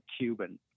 Cuban